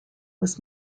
was